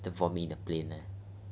for me the plane ah